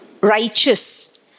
righteous